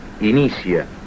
inicia